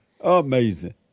Amazing